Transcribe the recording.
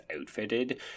outfitted